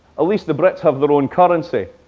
least the brits have their own currency.